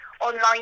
online